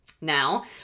Now